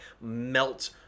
melt